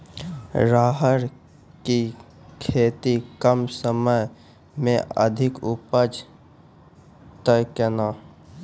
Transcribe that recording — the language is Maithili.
राहर की खेती कम समय मे अधिक उपजे तय केना?